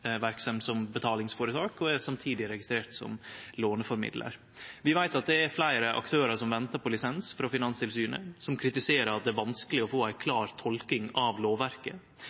verksemd som betalingsføretak, og er samtidig registrert som låneformidlar. Vi veit at det er fleire aktørar som ventar på lisens frå Finanstilsynet, som kritiserer at det er vanskeleg å få ei klar tolking av lovverket.